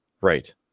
Right